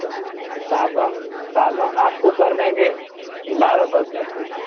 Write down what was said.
सांगवान सांगवान आपको कल देंगे बारह सौ रुपया फुट